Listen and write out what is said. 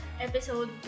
episode